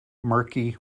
murky